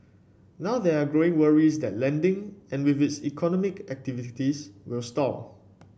now there are growing worries that lending and with it economic activities will stall